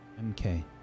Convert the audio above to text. MK